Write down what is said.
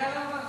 לוועדת ביקורת